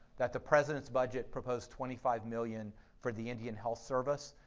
that the president's budget proposed twenty five million for the indian health service,